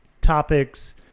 topics